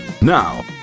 Now